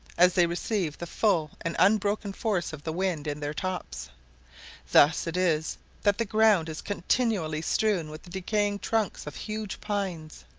as they receive the full and unbroken force of the wind in their tops thus it is that the ground is continually strewn with the decaying trunks of huge pines.